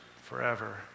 forever